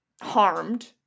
harmed